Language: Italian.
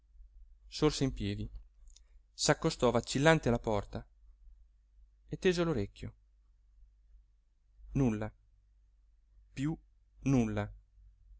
sorse in piedi s'accostò vacillante alla porta e tese l'orecchio nulla piú nulla